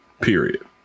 period